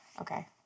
Okay